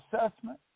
assessment